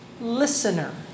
listener